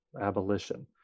abolition